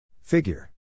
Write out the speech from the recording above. Figure